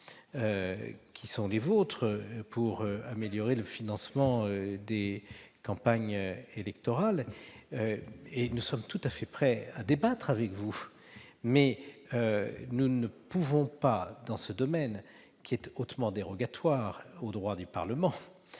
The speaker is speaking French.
qui sont les vôtres pour améliorer le financement des campagnes électorales et nous sommes tout à fait prêts à débattre avec vous. Cependant, dans ce domaine hautement dérogatoire aux droits du Parlement,